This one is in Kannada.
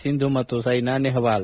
ಸಿಂಧು ಮತ್ತು ಸೈನಾ ನೆಹ್ವಾಲ್